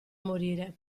morire